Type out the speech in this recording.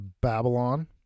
Babylon